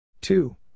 Two